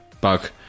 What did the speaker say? bug